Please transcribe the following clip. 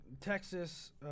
Texas